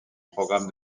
programme